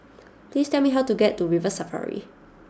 please tell me how to get to River Safari